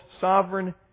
sovereign